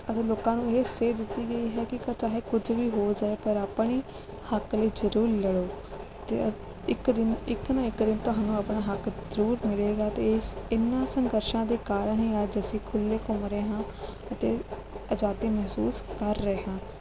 ਅਗਰ ਲੋਕਾਂ ਨੂੰ ਇਹ ਸੇਧ ਦਿੱਤੀ ਗਈ ਹੈ ਕਿ ਚਾਹੇ ਕੁਝ ਵੀ ਹੋ ਜਾਵੇ ਪਰ ਆਪਣੇ ਹੱਕ ਲਈ ਜ਼ਰੂਰ ਲੜੋ ਅਤੇ ਇੱਕ ਦਿਨ ਇੱਕ ਨਾ ਇੱਕ ਦਿਨ ਤੁਹਾਨੂੰ ਆਪਣਾ ਹੱਕ ਜਰੂਰ ਮਿਲੇਗਾ ਅਤੇ ਇਸ ਇਹਨਾਂ ਸੰਘਰਸ਼ਾਂ ਦੇ ਕਾਰਨ ਹੀ ਅੱਜ ਅਸੀਂ ਖੁੱਲੇ ਘੁੰਮ ਰਹੇ ਹਾਂ ਅਤੇ ਆਜ਼ਾਦੀ ਮਹਿਸੂਸ ਕਰ ਰਹੇ ਹਾਂ